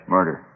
Murder